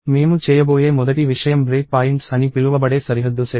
మేము చేయబోయే మొదటి విషయం బ్రేక్ పాయింట్స్ అని పిలువబడే సరిహద్దు సెట్